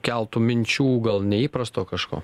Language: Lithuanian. keltų minčių gal neįprasto kažko